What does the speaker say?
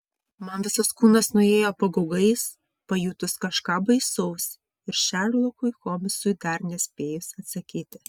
man visas kūnas nuėjo pagaugais pajutus kažką baisaus ir šerlokui holmsui dar nespėjus atsakyti